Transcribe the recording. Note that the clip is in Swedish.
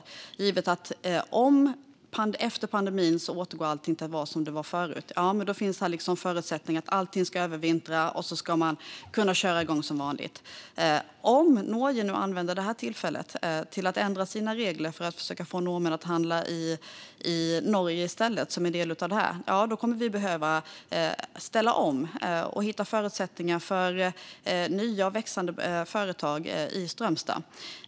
Man kanske tänker att allting efter pandemin återgår till att vara precis som det var förut och att det då ska finnas förutsättningar för att allting ska övervintra och att man ska kunna köra igång som vanligt. Men om Norge nu använder det här tillfället till att ändra sina regler för att försöka få norrmän att handla i Norge i stället som en del av detta kommer vi att behöva ställa om och hitta förutsättningar för nya och växande företag i Strömstad.